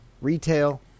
retail